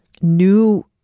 new